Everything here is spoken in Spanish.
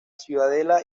ciudadela